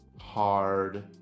hard